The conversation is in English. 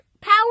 power